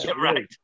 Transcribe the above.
Right